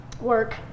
Work